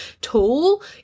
tool